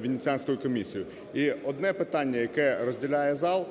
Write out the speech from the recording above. Венеціанською комісією. І одне питання, яке розділяє зал,